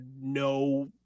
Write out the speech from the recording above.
no